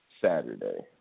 Saturday